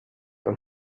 und